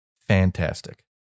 Fantastic